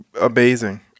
amazing